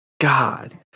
God